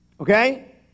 okay